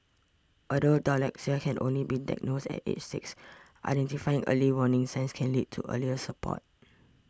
although dyslexia can only be diagnosed at age six identifying early warning signs can lead to earlier support